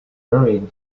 buried